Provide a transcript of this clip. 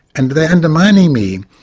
and they're undermining me.